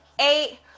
eight